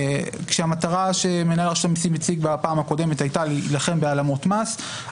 המטרה שמנהל רשות המסים הציג בפעם הקודם היתה להילחם בהעלמות מס.